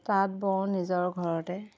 তাঁত বওঁ নিজৰ ঘৰতে